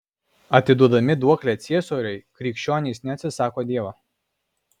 atiduodami duoklę ciesoriui krikščionys neatsisako dievo